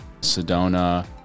Sedona